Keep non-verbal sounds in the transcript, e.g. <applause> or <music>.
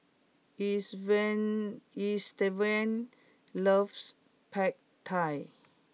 <unintelligible> Estevan loves Pad Thai